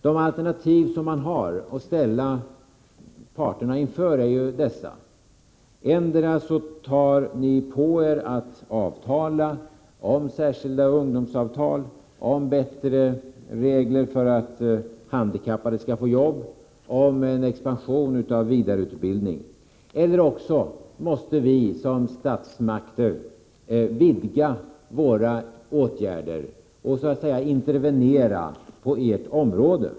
De alternativ regeringen kan ställa parterna inför är ju dessa: Endera tar ni på er att utforma särskilda ungdomsavtal och att avtala om bättre regler för att handikappade skall få arbete och om en expansion av vidareutbildningen eller också måste vi som statsmakter vidga våra åtgärder och så att säga intervenera på ert område.